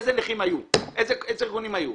איזה נכים היו, איזה ארגונים היו.